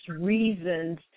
reasons